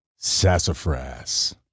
Sassafras